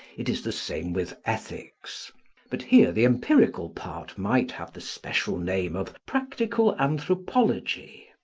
it is the same with ethics but here the empirical part might have the special name of practical anthropology,